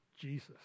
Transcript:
Jesus